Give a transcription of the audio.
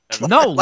No